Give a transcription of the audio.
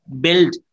build